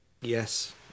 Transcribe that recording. Yes